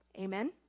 Amen